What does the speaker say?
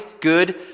good